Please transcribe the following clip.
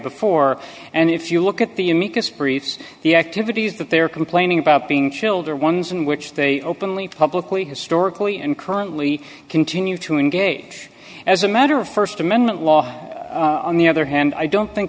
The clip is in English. before and if you look at the amicus briefs the activities that they're complaining about being childer ones in which they openly publicly historically and currently continue to engage as a matter of st amendment law on the other hand i don't think